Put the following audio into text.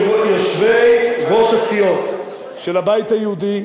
יושבי-ראש הסיעות של הבית היהודי,